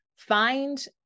find